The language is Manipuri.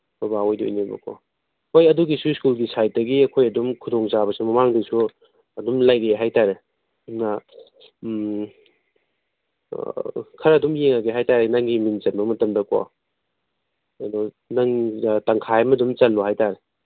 ꯕꯕꯥ ꯑꯣꯏꯗꯣꯏꯅꯦꯕꯀꯣ ꯍꯣꯏ ꯑꯗꯨꯒꯤꯁꯨ ꯁ꯭ꯀꯨꯜꯒꯤ ꯁꯥꯏꯠꯇꯒꯤ ꯑꯩꯈꯣꯏ ꯑꯗꯨꯝ ꯈꯨꯗꯣꯡꯆꯥꯕꯁꯦ ꯃꯃꯥꯡꯗꯁꯨ ꯑꯗꯨꯝ ꯂꯩꯔꯤ ꯍꯥꯏ ꯇꯥꯔꯦ ꯑꯗꯨꯅ ꯈꯔ ꯑꯗꯨꯝ ꯌꯦꯉꯒꯦ ꯍꯥꯏ ꯇꯥꯔꯦ ꯅꯪꯒꯤ ꯃꯤꯡ ꯆꯟꯕ ꯃꯇꯝꯗꯀꯣ ꯑꯗꯣ ꯅꯪ ꯇꯪꯈꯥꯏ ꯑꯃ ꯑꯗꯨꯝ ꯆꯜꯂꯣ ꯍꯥꯏ ꯇꯥꯔꯦ